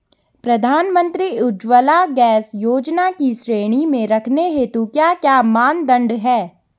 प्रधानमंत्री उज्जवला गैस योजना की श्रेणी में रखने हेतु क्या क्या मानदंड है?